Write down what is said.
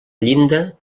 llinda